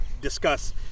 discuss